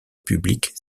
publique